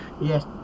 yes